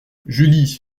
julie